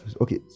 okay